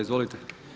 Izvolite.